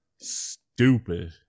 Stupid